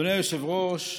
אדוני היושב-ראש,